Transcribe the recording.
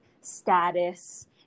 status